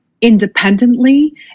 independently